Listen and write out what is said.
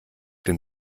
den